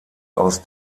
aus